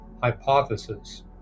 hypothesis